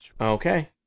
Okay